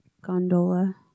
gondola